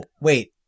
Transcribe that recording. wait